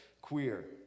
queer